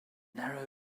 narrow